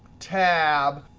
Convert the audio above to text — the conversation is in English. tab,